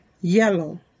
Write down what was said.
yellow